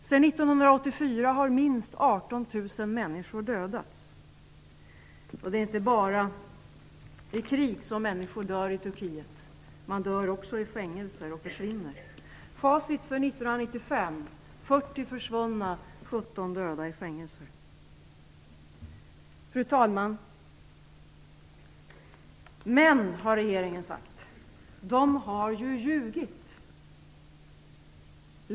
Sedan 1984 har minst 18 000 människor dödats. Det är inte bara i krig som människor dör i Turkiet. De dör också i fängelser och försvinner. Facit för 1995 är Fru talman! Regeringen har sagt: Men de har ju ljugit.